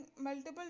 multiple